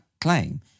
claim